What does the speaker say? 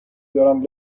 دارن